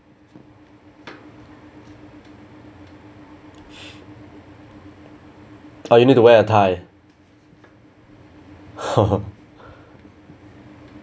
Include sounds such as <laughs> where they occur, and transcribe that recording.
ah you need to wear a tie <laughs>